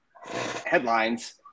headlines